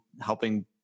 helping